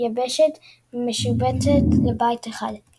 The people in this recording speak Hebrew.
יבשת משובצות לבית אחד.